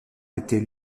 étaient